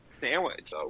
sandwich